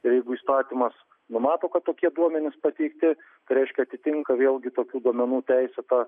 jeigu įstatymas numato kad tokie duomenys pateikti reiškia atitinka vėlgi tokių duomenų teisėtą